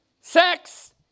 Sex